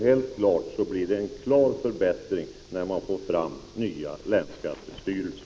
Helt klart blir det därför en förbättring när man får fram nya länsskattestyrelser.